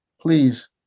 please